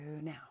now